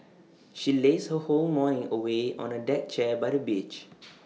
she lazed her whole morning away on A deck chair by the beach